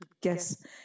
guess